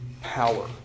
power